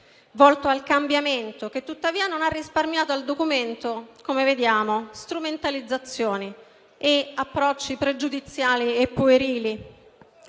volto al cambiamento, che tuttavia non ha risparmiato al documento, come vediamo, strumentalizzazioni e approcci pregiudiziali e puerili,